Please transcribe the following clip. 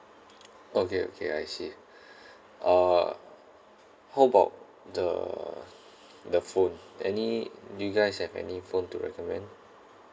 okay okay I see uh how about the the phone any do you guys have any phone to recommend